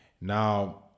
Now